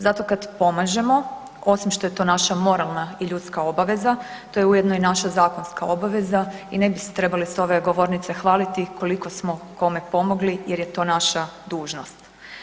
Zato kad pomažemo osim što je to naša moralna i ljudska obaveza to je ujedno i naša zakonska obaveza i ne bi se trebali s ove govornice hvaliti koliko smo kome pomogli jer je to naša dužnost.